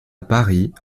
paris